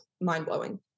mind-blowing